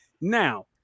now